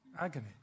agony